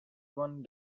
one